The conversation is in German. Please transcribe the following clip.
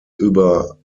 über